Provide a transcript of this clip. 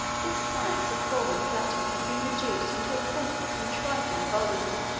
this science of form and flattery has been reduced into a pompous and trifling volume,